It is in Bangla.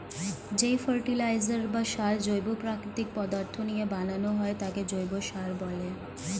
যেই ফার্টিলাইজার বা সার জৈব প্রাকৃতিক পদার্থ দিয়ে বানানো হয় তাকে জৈব সার বলে